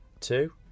two